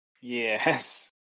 Yes